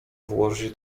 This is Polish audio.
włożyć